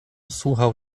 słuchał